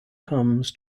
comes